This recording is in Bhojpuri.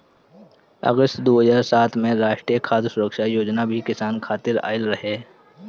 अगस्त दू हज़ार सात में राष्ट्रीय खाद्य सुरक्षा योजना भी किसान खातिर आइल रहे